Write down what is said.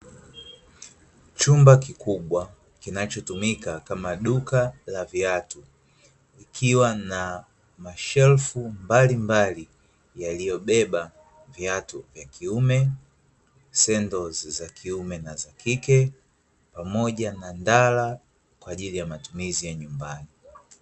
Chumba kikubwa kinachotumika kama duka la viatu, kikiwa na mashelfu mbalimbali yaliyobeba viatu vya kiume, sendozi za kiume na za kike pamoja na ndala kwa ajili ya matumizi ya nyumbani.